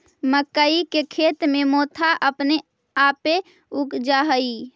मक्कइ के खेत में मोथा अपने आपे उग जा हई